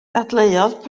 dadleuodd